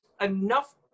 enough